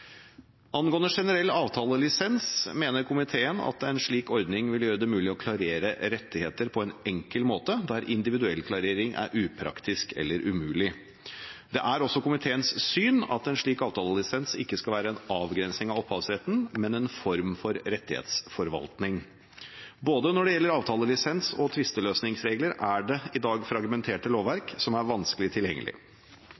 Angående generell avtalelisens mener komiteen at en slik ordning vil gjøre det mulig å klarere rettigheter på en enkel måte der individuell klarering er upraktisk eller umulig. Det er også komiteens syn at en slik avtalelisens ikke skal være en avgrensning av opphavsretten, men en form for rettighetsforvaltning. Både når det gjelder avtalelisens og tvisteløsningsregler, er det i dag fragmenterte lovverk som er vanskelig